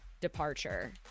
departure